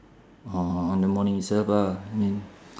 orh on the morning itself lah I mean